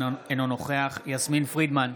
אינו נוכח יסמין פרידמן,